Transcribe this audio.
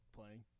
playing